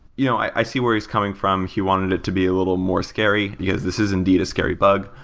you know i see where he's coming from. he wanted it to be a little more scary, yes, this is indeed a scary bug.